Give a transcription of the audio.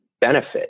benefit